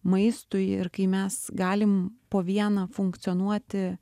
maistui ir kai mes galim po vieną funkcionuoti